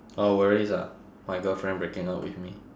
oh worries ah my girlfriend breaking up with me